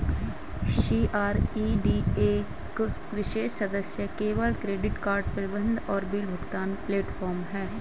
CRED एक विशेष सदस्य केवल क्रेडिट कार्ड प्रबंधन और बिल भुगतान प्लेटफ़ॉर्म है